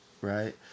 Right